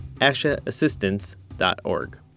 ashaassistance.org